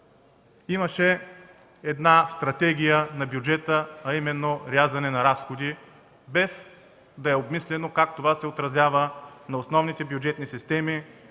имаше една стратегия на бюджета, а именно на рязане на разходи, без да е обмислено как това се отразява на основните бюджетни системи.